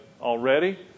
already